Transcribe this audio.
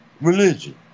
religion